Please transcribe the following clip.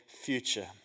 future